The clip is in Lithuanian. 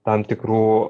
tam tikrų